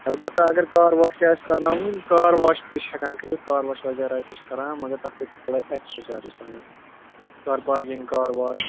البتہ اگر car wash تہِ آسہِ کَرناوُن کار واش تہِ چھِ ہٮ۪کان کٔرِتھ کار واش وغیرہ تہِ چھِ کران مگر تَتھ پٮ۪ٹھ چھِ تھوڑا ایکٕسٹرا چارجِز لَگان کار پارکِنٛگ کار واش